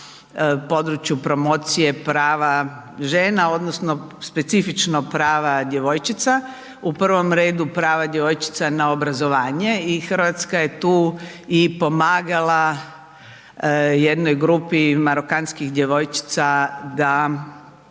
području promocije prava žena odnosno specifično prava djevojčica. U prvom redu prava djevojčica na obrazovanje i Hrvatska je tu i pomagala jednoj grupi marokanskih djevojčica da